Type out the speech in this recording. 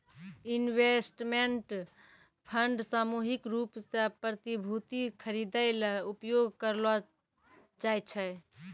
investment fund सामूहिक रूप सें प्रतिभूति खरिदै ल उपयोग करलो जाय छै